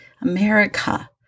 America